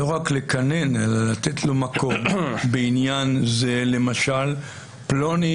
לא רק לקנן אלא לתת לו מקום כאשר למשל פלוני